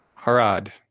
Harad